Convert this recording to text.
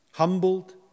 humbled